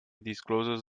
discloses